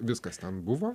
viskas ten buvo